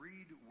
Read